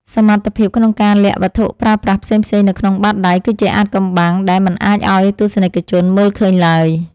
សមត្ថភាពក្នុងការលាក់វត្ថុប្រើប្រាស់ផ្សេងៗនៅក្នុងបាតដៃគឺជាអាថ៌កំបាំងដែលមិនអាចឱ្យទស្សនិកជនមើលឃើញឡើយ។